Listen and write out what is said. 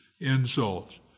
insults